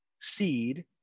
seed